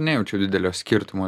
nejaučiau didelio skirtumo